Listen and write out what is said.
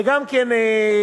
וגם כן דחף